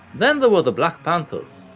then there were the black panthers,